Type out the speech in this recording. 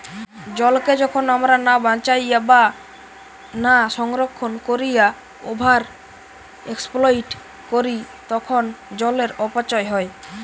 জলকে যখন আমরা না বাঁচাইয়া বা না সংরক্ষণ কোরিয়া ওভার এক্সপ্লইট করি তখন জলের অপচয় হয়